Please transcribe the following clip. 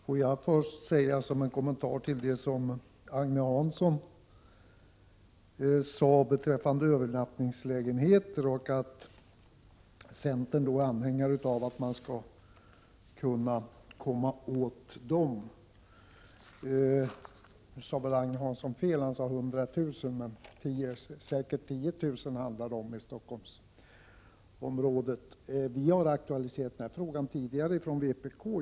Herr talman! Får jag först göra en kommentar till det som Agne Hansson sade beträffande övernattningslägenheter och att centern är anhängare av att man skall kunna komma åt dem. Nu sade väl Agne Hansson fel när han nämnde 100 000 lägenheter, men 10 000 handlar det säkert om i Stockholmsområdet. Vpk har aktualiserat den här frågan tidigare.